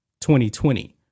2020